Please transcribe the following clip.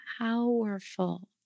powerful